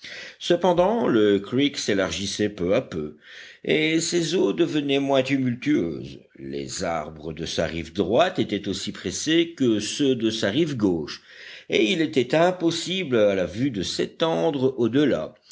cependant le creek s'élargissait peu à peu et ses eaux devenaient moins tumultueuses les arbres de sa rive droite étaient aussi pressés que ceux de sa rive gauche et il était impossible à la vue de s'étendre au delà